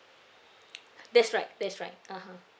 that's right that's right (uh huh)